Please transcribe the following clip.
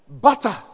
Butter